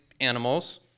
animals